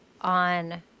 on